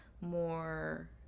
more